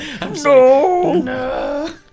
No